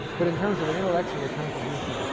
but in terms of an intellectual contribution,